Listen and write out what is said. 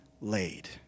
laid